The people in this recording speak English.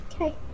Okay